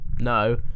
No